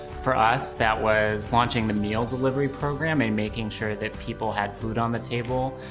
for us, that was launching the meal delivery program and making sure that people had food on the table.